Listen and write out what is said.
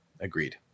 Agreed